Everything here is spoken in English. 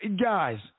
guys